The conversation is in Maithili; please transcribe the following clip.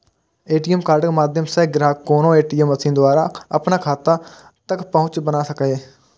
ए.टी.एम कार्डक माध्यम सं ग्राहक कोनो ए.टी.एम मशीन द्वारा अपन खाता तक पहुंच बना सकैए